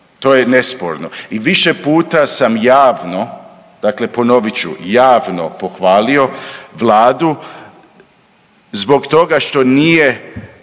To je nesporno. I više put sam javno, dakle ponovit ću, javno pohvalio vladu zbog toga što nije